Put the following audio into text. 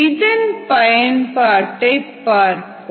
இதன் பயன்பாட்டை பார்ப்போம்